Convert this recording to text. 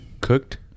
cooked